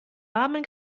warmen